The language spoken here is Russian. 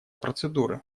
процедуры